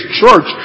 church